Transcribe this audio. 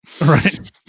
Right